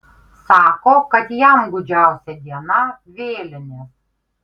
sako kad jam gūdžiausia diena vėlinės